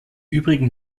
übrigen